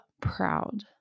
proud